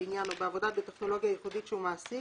הבניין או בעבודה בטכנולוגיה ייחודית שהוא מעסיק,